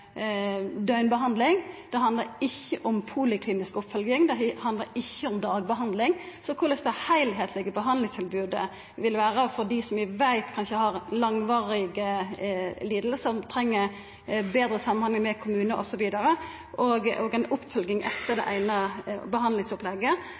Det handlar ikkje om poliklinisk oppfølging, det handlar ikkje om dagbehandling. Så korleis vil det heilskaplege behandlingstilbodet vera overfor dei som vi veit kanskje har langvarige lidingar, som treng betre samhandling med kommune osv., og òg ei oppfølging etter